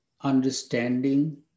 understanding